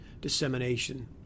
dissemination